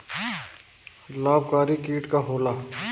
लाभकारी कीट का होला?